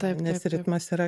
taip nes ritmas yra